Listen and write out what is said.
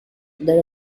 their